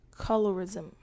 Colorism